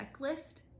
checklist